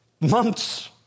months